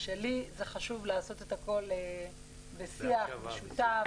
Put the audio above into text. לי זה חשוב לעשות הכל בשיח משותף,